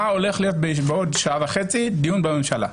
מה הולך להיות בעוד שעה וחצי בדיון בממשלה.